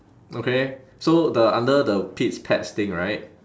okay so the under the pete's pets thing right